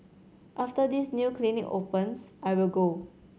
after this new clinic opens I will go